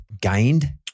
gained